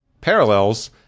parallels